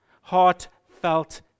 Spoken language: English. heartfelt